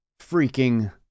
freaking